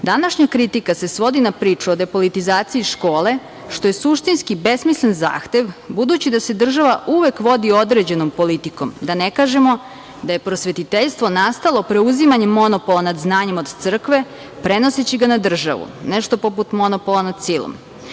kritika se svodi na priču o depolitizaciji škole, što je suštinski besmislen zahtev, budući da se država uvek vodi određenom politikom, da ne kažemo da je prosvetiteljstvo nastalo preuzimanjem monopola nad znanjem od crkve, prenoseći ga na državu. Nešto poput monopola nad silom.